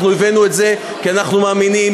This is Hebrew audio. אנחנו הבאנו את זה כי אנחנו מאמינים